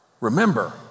Remember